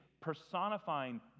personifying